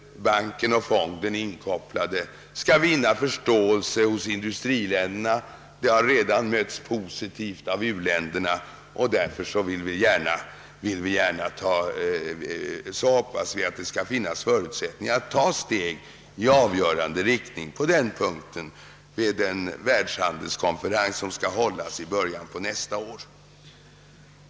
Banken och Fonden inkopplade, skall vinna förståelse hos industriländerna det har redan mötts positivt av u-länderna. Vi hoppas att det skall finnas förutsättningar att härvidlag ta steg i avgörande riktning vid den världshandelskonferens som skall hållas i början av nästa år.